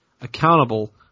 accountable